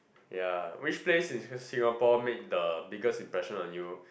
ya which place in Singapore make the biggest impression on you